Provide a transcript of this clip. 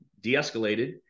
de-escalated